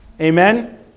Amen